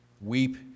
Weep